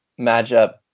matchup